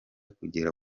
kugera